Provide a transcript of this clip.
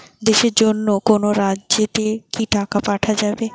দেশের অন্য কোনো রাজ্য তে কি টাকা পাঠা যাবে?